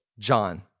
John